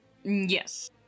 Yes